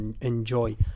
enjoy